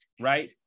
right